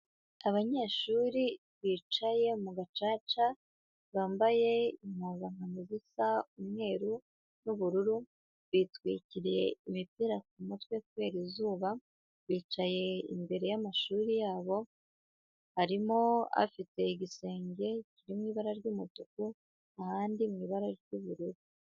Abanyeshuri bicaye mu gacaca, bambaye impuzankano zisa umweru n'ubururu, bitwikiriye imipira ku mutwe kubera izuba, bicaye imbere y'amashuri yabo, harimo afite igisenge kirimo ibara ry'umutuku, ahandi mu ibara ry'ubururu.